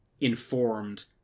informed